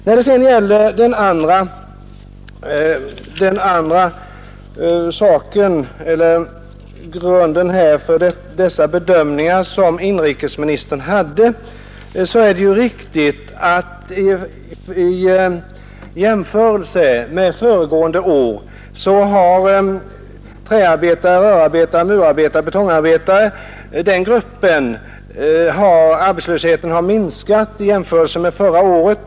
Vad sedan gäller det andra som inrikesministern grundade sina bedömningar på är det riktigt att arbetslösheten för gruppen träarbetare, rörarbetare, murare och betongarbetare har minskat med 2 265 man jämfört med förra året.